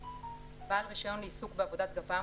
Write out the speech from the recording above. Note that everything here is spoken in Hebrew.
בעל רישיון לעיסוק בעבודת גפ"מ,